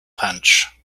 punch